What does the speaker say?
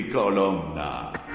Colonna